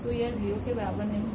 तो यह 0 के बराबर नहीं है